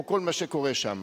או כל מה שקורה שם.